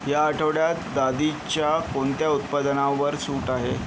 या आठवड्यात दादीजच्या कोणत्या उत्पादनावर सूट आहे